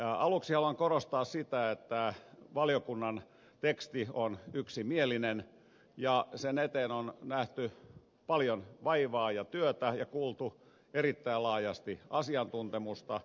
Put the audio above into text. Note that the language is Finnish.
aluksi haluan korostaa sitä että valiokunnan teksti on yksimielinen ja sen eteen on nähty paljon vaivaa ja työtä ja kuultu erittäin laajasti asiantuntemusta